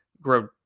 Grow